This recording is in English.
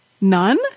none